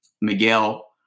Miguel